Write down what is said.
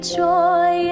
joy